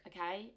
Okay